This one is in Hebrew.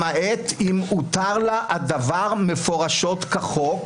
למעט אם הותר לה הדבר מפורשות בחוק,